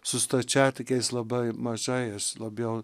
su stačiatikiais labai mažai aš labiau